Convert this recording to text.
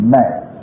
man